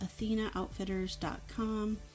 AthenaOutfitters.com